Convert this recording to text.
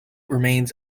remains